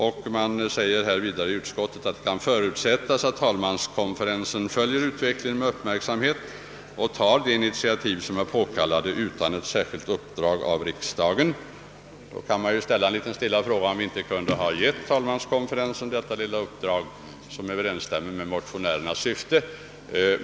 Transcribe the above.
Utskottet anför vidare att det »kan förutsättas att talmanskonferensen följer utvecklingen med uppmärksamhet och tar de initiativ som är påkallade utan ett särskilt uppdrag av riksdagen». Man kan i all stillhet fråga sig om riksdagen då inte kunde ha gett talmanskonferensen detta lilla uppdrag, som överensstämmer med <:motionärernas syfte.